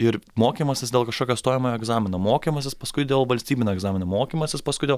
ir mokymasis dėl kažkokio stojamojo egzamino mokymasis paskui dėl valstybinio egzamino mokymasis paskui dėl